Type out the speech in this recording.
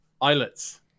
islets